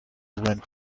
went